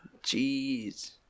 Jeez